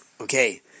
Okay